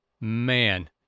Man